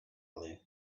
ali